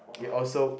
it also